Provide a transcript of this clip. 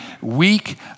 weak